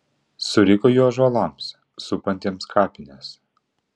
suriko ji ąžuolams supantiems kapines